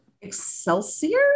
Excelsior